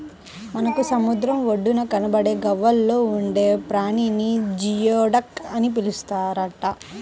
మనకు సముద్రం ఒడ్డున కనబడే గవ్వల్లో ఉండే ప్రాణిని జియోడక్ అని పిలుస్తారట